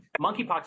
monkeypox